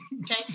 okay